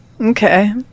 Okay